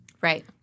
Right